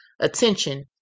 attention